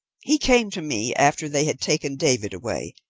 he came to me after they had taken david away,